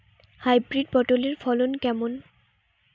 Hybrid পটলের ফলন কেমন?